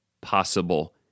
possible